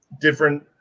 different